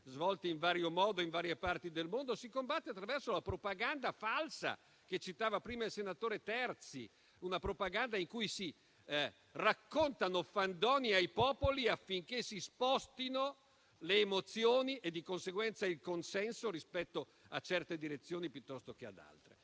svolti in vario modo e in varie parti del mondo e la propaganda falsa che citava prima il senatore Terzi, in cui si raccontano fandonie ai popoli affinché si spostino le emozioni e, di conseguenza, il consenso rispetto a certe direzioni piuttosto che ad altre.